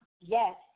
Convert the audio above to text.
Yes